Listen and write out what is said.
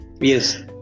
Yes